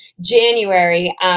January